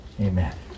amen